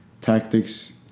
tactics